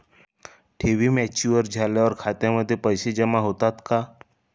ठेवी मॅच्युअर झाल्यावर खात्यामध्ये पैसे जमा होतात का?